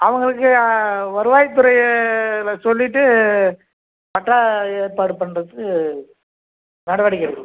அவங்களுக்கு வருவாய்த்துறையில் சொல்லிவிட்டு பட்டா ஏற்பாடு பண்ணுறதுக்கு நடவடிக்கை எடுக்கணும்